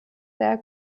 der